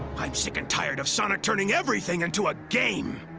i'm sick and tired of sonic turning everything into a game.